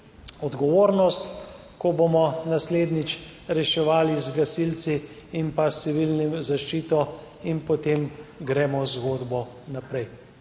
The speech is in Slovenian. odgovornost, ko bomo naslednjič reševali z gasilci in pa s civilno zaščito in potem gremo z zgodbo naprej.